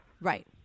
Right